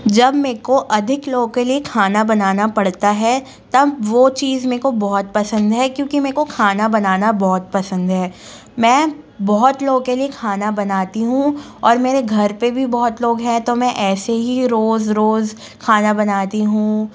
जब मे को अधिक लोगों के लिए खाना बनाना पड़ता है तब वो चीज़ मे को पसंद है क्योंकि मे को खाना बनाना बहुत पसंद है मैं बहुत लोगों के लिए खाना बनाती हूँ और मेरे घर पर भी बहुत लोग है तो मैं ऐसे ही रोज़ रोज़ खाना बनाती हूँ